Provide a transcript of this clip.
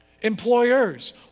Employers